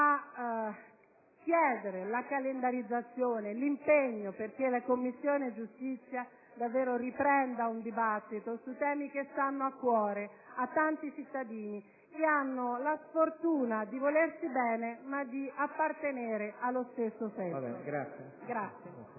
a chiedere la calendarizzazione, l'impegno da parte della Commissione giustizia a riprendere un dibattito su temi che stanno a cuore a tanti cittadini che hanno la sfortuna di volersi bene, ma di appartenere allo stesso sesso.